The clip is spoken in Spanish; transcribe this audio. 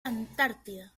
antártida